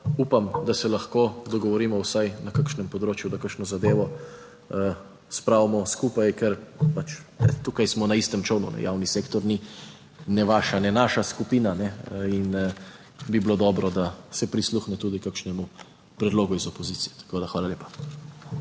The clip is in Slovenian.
upam, da se lahko dogovorimo vsaj na kakšnem področju, da kakšno zadevo spravimo skupaj, ker pač tukaj smo na istem čolnu, javni sektor ni ne vaša ne naša skupina in bi bilo dobro, da se prisluhne tudi kakšnemu predlogu iz opozicije. Tako da, hvala lepa.